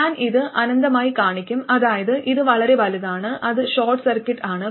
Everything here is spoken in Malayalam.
ഞാൻ ഇത് അനന്തമായി കാണിക്കും അതായത് ഇത് വളരെ വലുതാണ് അത് ഷോർട്ട് സർക്യൂട്ട് ആണ്